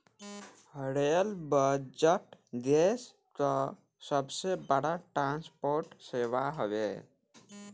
rail budget देस कअ सबसे बड़ ट्रांसपोर्ट सेवा हवे